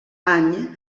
any